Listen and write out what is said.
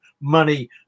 money